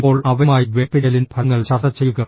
ഇപ്പോൾ അവരുമായി വേർപിരിയലിന്റെ ഫലങ്ങൾ ചർച്ച ചെയ്യുക